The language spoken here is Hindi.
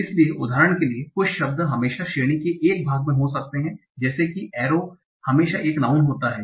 इसलिए उदाहरण के लिए कुछ शब्द हमेशा श्रेणी के एक भाग में हो सकते हैं जैसे कि एरो हमेशा एक नाऊन होता है